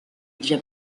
vient